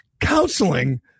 counseling